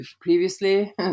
previously